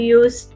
use